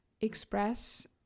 express